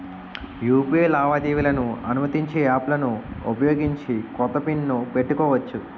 UPI లావాదేవీలను అనుమతించే యాప్లలను ఉపయోగించి కొత్త పిన్ ను పెట్టుకోవచ్చు